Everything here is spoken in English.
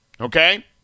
okay